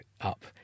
up